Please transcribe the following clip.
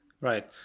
Right